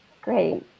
Great